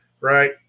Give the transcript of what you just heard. Right